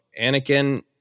Anakin